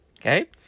Okay